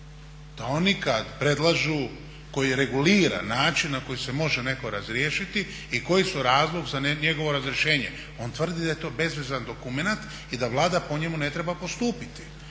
da oni kada predlažu, koji regulira način na koji se može netko razriješiti i koji su razlog za njegov razrješenje. On tvrdi da je to bezvezan dokumenat i da Vlada po njemu ne treba postupiti.